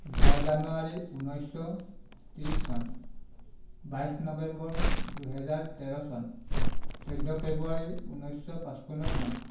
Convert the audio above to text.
দহ জানুৱাৰী ঊনৈছশ ত্ৰিছ চন বাইছ নৱেম্বৰ দুহেজাৰ তেৰ চন চৈধ্য় ফেব্ৰুৱাৰী ঊনৈছশ পঁচপন্ন চন